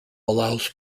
allows